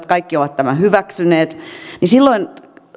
kaikki ovat tämän hyväksyneet silloin